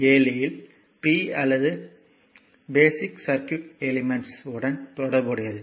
7 இல் p அல்லது basic circuit elements உடன் தொடர்புடையது